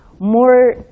more